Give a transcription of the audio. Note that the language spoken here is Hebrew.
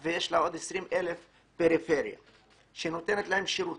תושבים ויש עוד 20,000 בפריפריה להם היא נותנת שירות.